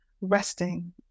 resting